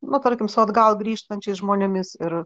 nu tarkim su atgal grįžtančiais žmonėmis ir